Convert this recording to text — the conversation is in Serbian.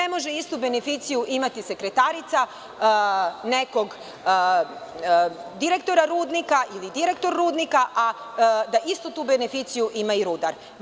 Ne može istu beneficiju imati sekretarica nekog direktora rudnika ili direktor rudnika a da istu tu beneficiju ima i rudar.